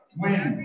win